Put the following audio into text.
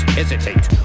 hesitate